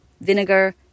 vinegar